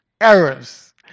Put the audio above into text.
errors